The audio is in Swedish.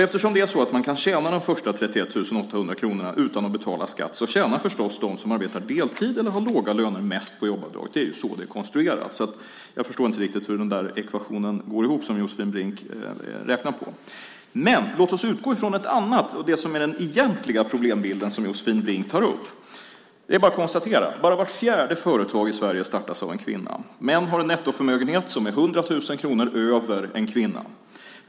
Eftersom man kan tjäna de första 31 800 kronorna utan att betala skatt tjänar förstås de som arbetar deltid eller har låga löner mest på jobbavdraget. Det är så det är konstruerat. Jag förstår inte riktigt hur den ekvation som Josefin Brink räknar på går ihop. Men låt oss utgå från det som är den egentliga problembild som Josefin Brink tar upp. Det är bara att konstatera att bara vart fjärde företag i Sverige startas av en kvinna. Män har en nettoförmögenhet som är 100 000 kronor över en kvinnas.